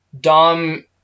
Dom